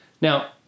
Now